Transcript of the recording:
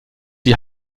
die